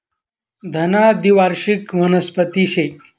धना द्वीवार्षिक वनस्पती शे